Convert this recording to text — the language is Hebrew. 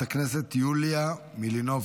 חברת הכנסת יוליה מלינובסקי,